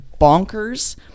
bonkers